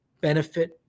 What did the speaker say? benefit